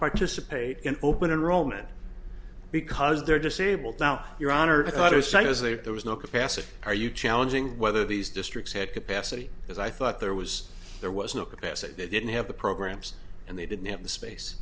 participate in open enrollment because they're disabled now your honor cutter said as there was no capacity are you challenging whether these districts had capacity because i thought there was there was no capacity it didn't have the programs and they didn't have the space